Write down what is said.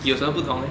有什么不同 leh